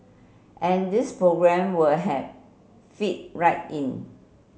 and these program we have fit right in